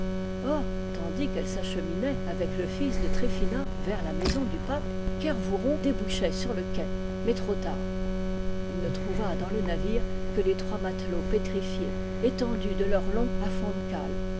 or tandis qu'elle s'acheminait avec le fils de tryphina vers la maison du pape kervouron débouchait sur le quai mais trop tard il ne trouva dans le navire que les trois matelots pétrifiés étendus de leur long à fond de cale